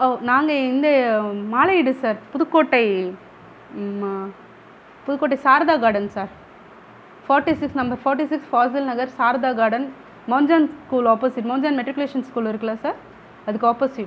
ஓ நாங்கள் எந்த மாலையீடு சார் புதுக்கோட்டை மா Pudukkottai Sarada garden sir forty six number forty six Fazil Nagar Sarada garden Mount Zion school opposite Mount Zion matriculation school இருக்குல்ல சார் அதுக்கு ஆப்போசிட்